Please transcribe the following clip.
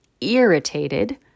irritated